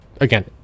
again